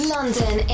London